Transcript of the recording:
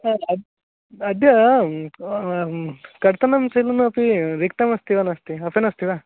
अद्य अद्य कर्तनं सेलुन् अपि रिक्तमस्ति वा नास्ति ओपन् अस्ति वा